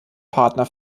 partner